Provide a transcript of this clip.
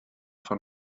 von